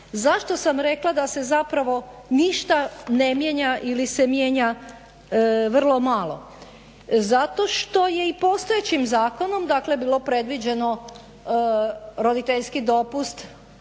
Zašto sam rekla da se zapravo ništa ne mijenja ili se mijenja vrlo malo? Zato što je i postojećim zakonom bilo predviđeno roditeljski dopust